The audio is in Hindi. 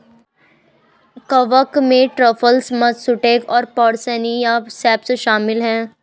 कवक में ट्रफल्स, मत्सुटेक और पोर्सिनी या सेप्स शामिल हैं